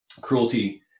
cruelty